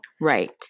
Right